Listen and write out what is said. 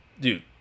dude